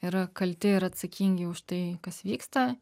yra kalti ir atsakingi už tai kas vyksta